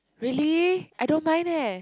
really I don't mind eh